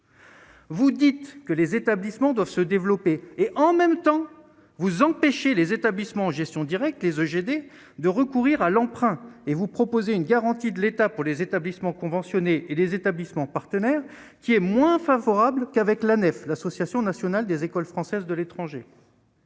Vous dites que les établissements doivent se développer et en même temps vous empêchez les établissements en gestion directe les de recourir à l'emprunt et vous proposer une garantie de l'État pour les établissements conventionnés et les établissements partenaires qui est moins favorable qu'avec la nef, l'association nationale des écoles françaises de l'étranger.